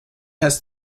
has